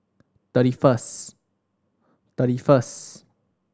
thirty first thirty first